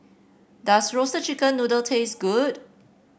does Roasted Chicken Noodle taste good